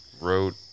wrote